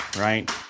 right